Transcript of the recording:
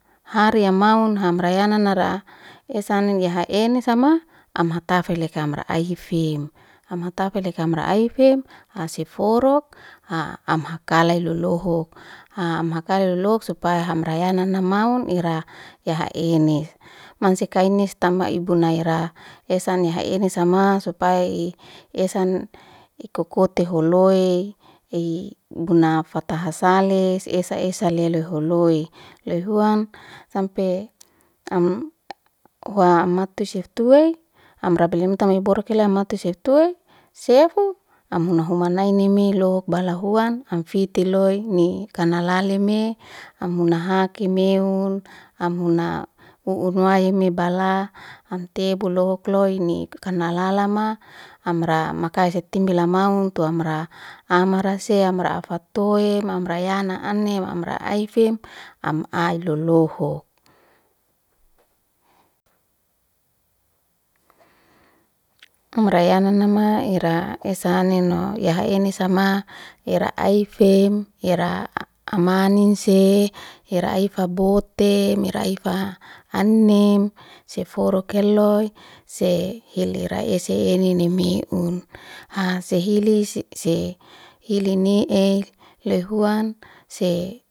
Hari ya maun hamrayana nara esanin ya heanisama amhatafile kamra ayifim. Amhatafile kamra ayifim hasiforok hamhakalai luhohok. Am hakali luhohok supaya hamrayana na maun ira ya haenis. Man sikainisi tamba ibu na ira esan ya haenisama supaya ii esan ikokote hohoi ii bunafata hasali esa esalale holoi. Loihuan sampe hua amhatu sheftuwe amra bilimutamiborokele amhatu shefutwe. Sefutwe amhuna huamnainami luhok bala huan amfiti loi ni kanalalalime amhuna hakimeu amhuna unuayimi bala amtebu lulohok loi kanalama amra makaisetimbi tu maunta amra amhrase amra afatoem amra yaanem amra ayifim am ayilulohok. umrayana na ira esanino ya haerisama ira amaninse ira ifa botem. Ira aifa anem seforok heloy sehilira ese eni nemeun. Haa sehili se hili ne e, lohuman se